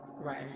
Right